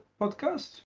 podcast